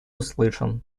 услышан